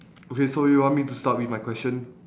okay so you want me to start with my question